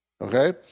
Okay